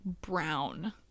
brown